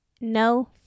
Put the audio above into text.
No